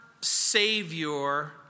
Savior